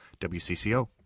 WCCO